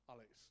Alex